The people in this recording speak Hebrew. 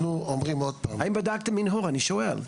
האם בדקתם מנהור, אני שואל?